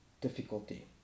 difficulty